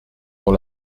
dont